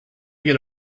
get